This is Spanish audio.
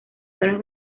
tonos